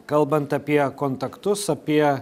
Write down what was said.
kalbant apie kontaktus apie